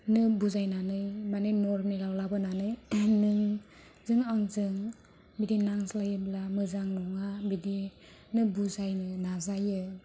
बुजायनानै मानि नरमेलाव लाबोनानै नोंजों आंजों बिदि नांज्लायोबा बिदि मोजां नङा बिदिनो बुजायनो नाजायो